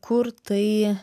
kur tai